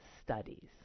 studies